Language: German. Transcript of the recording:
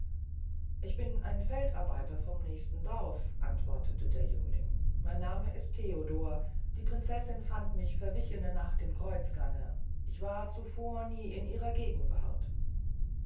ich bin ein feldarbeiter vom nächsten dorf antwortete der jüngling mein nahme ist theodor die prinzessin fand mich verwichene nacht im kreuzgange nie war ich zuvor in ihrer gegenwart